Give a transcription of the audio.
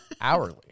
Hourly